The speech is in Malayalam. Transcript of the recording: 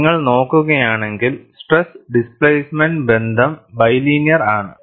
നിങ്ങൾ നോക്കുകയാണെങ്കിൽ സ്ട്രെസ് ഡിസ്പ്ലേസ്മെന്റ് ബന്ധം ബിലിനിയർ ആണ്